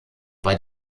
bei